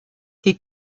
die